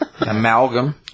Amalgam